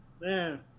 Man